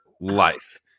life